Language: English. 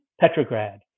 Petrograd